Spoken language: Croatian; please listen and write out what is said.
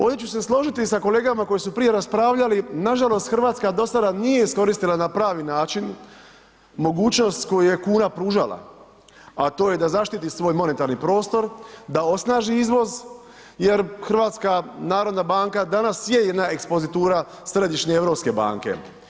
Ovdje ću se složiti sa kolegama koji su prije raspravljali, nažalost Hrvatska dosada nije iskoristila na prvi način mogućnost koju je kuna pružala, a to je da zaštiti svoj monetarni prostor, da osnaži izvoz jer HNB danas je jedna ekspozitura Središnje europske banke.